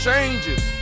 changes